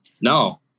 no